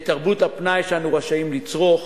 את תרבות הפנאי שאנו רשאים לצרוך,